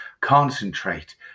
Concentrate